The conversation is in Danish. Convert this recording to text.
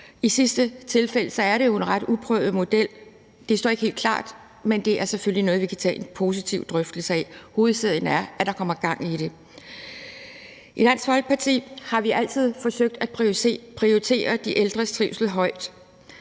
I sidste tilfælde er det jo en ret uprøvet model. Det står ikke helt klart, men det er selvfølgelig noget, vi kan tage en positiv drøftelse af. Hovedsagen er, at der kommer gang i det. I Dansk Folkeparti har vi altid forsøgt at prioritere de ældres trivsel højt.